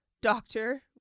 doctor